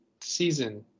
season